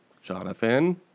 Jonathan